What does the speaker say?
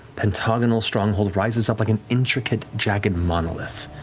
pentagonal stronghold rises up like an intricate, jagged monolith,